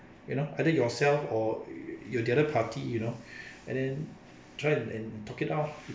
you know either yourself or you're the other party you know and then try and talk it out